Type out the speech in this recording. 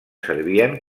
servien